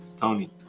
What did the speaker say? Tony